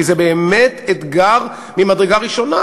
כי זה באמת אתגר ממדרגה ראשונה,